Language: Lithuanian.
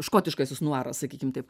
škotiškasis nuaras sakykim taip